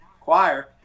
choir